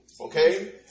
Okay